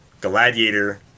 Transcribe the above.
Gladiator